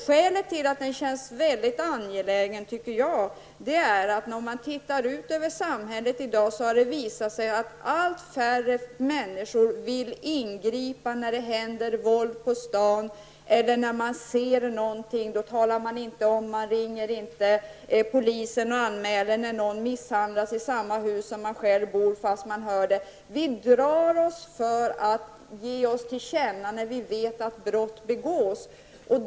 Skälet till att den känns väldigt angelägen är att det i samhället i dag visar sig att allt färre människor vill ingripa i situationer med våld. Man ringer inte till polisen och anmäler om man ser våld på stan eller om någon misshandlas i samma hus som man själv bor i. Vi drar oss för att ge oss till känna när vi vet att brott begås.